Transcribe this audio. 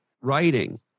writing